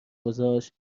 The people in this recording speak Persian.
گذاشت